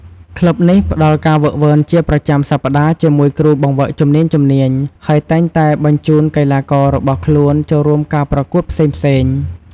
ក្លឹបនេះផ្ដល់ការហ្វឹកហ្វឺនជាប្រចាំសប្តាហ៍ជាមួយគ្រូបង្វឹកជំនាញៗ ហើយតែងតែបញ្ជូនកីឡាកររបស់ខ្លួនចូលរួមការប្រកួតផ្សេងៗ។